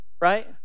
right